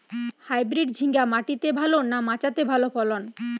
Hybrid ঝিঙ্গা মাটিতে ভালো না মাচাতে ভালো ফলন?